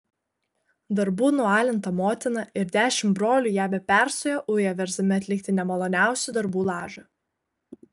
darbų nualinta motina ir dešimt brolių ją be perstojo uja versdami atlikti nemaloniausių darbų lažą